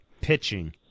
pitching